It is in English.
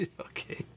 okay